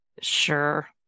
Sure